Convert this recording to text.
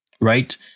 right